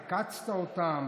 עקצת אותם,